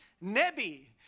Nebi